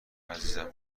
عزیزم